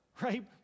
right